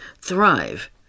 thrive